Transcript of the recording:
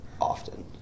often